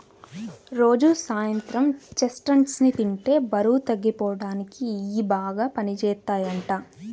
రోజూ సాయంత్రం చెస్ట్నట్స్ ని తింటే బరువు తగ్గిపోడానికి ఇయ్యి బాగా పనిజేత్తయ్యంట